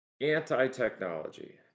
anti-technology